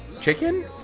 Chicken